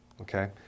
Okay